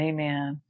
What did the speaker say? Amen